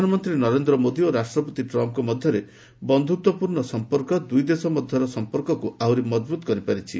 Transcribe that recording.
ପ୍ରଧାନମନ୍ତ୍ରୀ ନରେନ୍ଦ୍ର ମୋଦି ଓ ରାଷ୍ଟ୍ରପତି ଟ୍ରମ୍ପଙ୍କ ମଧ୍ୟରେ ବନ୍ଧୁତ୍ୱପୂର୍ଣ୍ଣ ସମ୍ପର୍କ ଦୁଇଦେଶ ମଧ୍ୟରେ ସମ୍ପର୍କକୁ ଆହୁରି ମଜଭୁତ କରିପାରିଛି